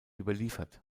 überliefert